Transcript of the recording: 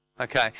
Okay